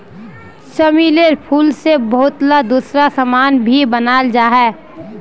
चमेलीर फूल से बहुतला दूसरा समान भी बनाल जा छे